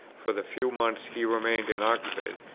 for the few months he remained in oxford,